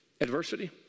Adversity